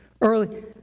Early